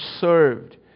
served